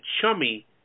chummy